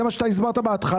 זה מה שאתה הסברת בהתחלה.